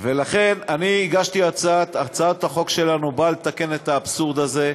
לכן, הצעת החוק שלנו באה לתקן את האבסורד הזה,